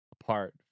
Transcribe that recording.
apart